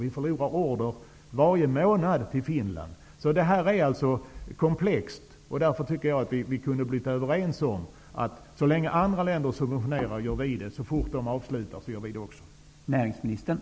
Vi förlorar varje månad order till Finland. Det är ett komplext läge, och jag tycker att vi kunde vara överens om att vi subventionerar så länge andra länder gör det, men att vi upphör med det så snart de andra gör det.